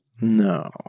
No